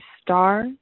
star